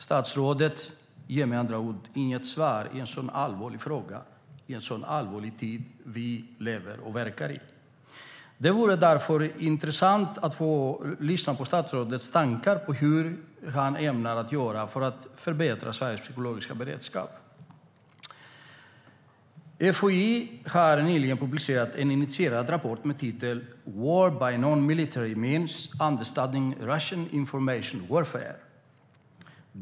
Statsrådet ger med andra ord inget svar i en sådan allvarlig fråga i en sådan allvarlig tid som den vi lever och verkar i. Det vore därför intressant att få lyssna på statsrådets tankar om hur han ämnar göra för att förbättra Sveriges psykologiska beredskap.-.